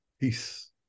Peace